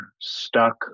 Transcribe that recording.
stuck